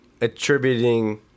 attributing